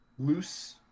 Loose